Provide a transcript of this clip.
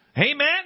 Amen